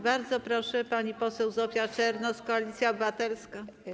Bardzo proszę, pani poseł Zofia Czernow, Koalicja Obywatelska.